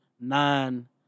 nine